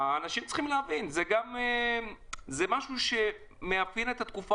אנשים צריכים להבין שזה משהו שמאפיין את התקופה